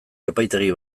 epaitegi